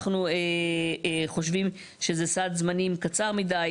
אנחנו חושבים שזה סד זמנים קצר מידי.